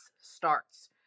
starts